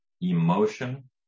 emotion